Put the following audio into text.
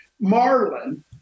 Marlin